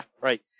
right